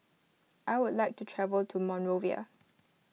I would like to travel to Monrovia